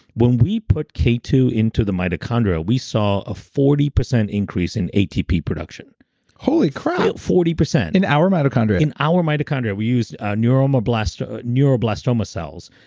when we put k two into the mitochondria we saw a forty percent increase in atp production holy crap forty point in our mitochondria? in our mitochondria. we use neuroblastoma neuroblastoma cells.